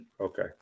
Okay